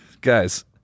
Guys